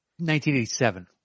1987